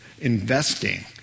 investing